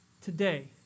Today